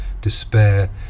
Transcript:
despair